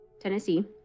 Tennessee